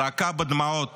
זעקה בדמעות